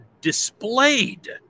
displayed